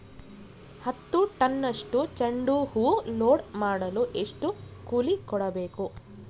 ಹತ್ತು ಟನ್ನಷ್ಟು ಚೆಂಡುಹೂ ಲೋಡ್ ಮಾಡಲು ಎಷ್ಟು ಕೂಲಿ ಕೊಡಬೇಕು?